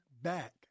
back